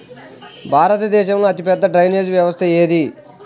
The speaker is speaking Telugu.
భారతదేశంలో అతిపెద్ద డ్రైనేజీ వ్యవస్థ ఏది?